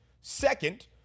second